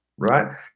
right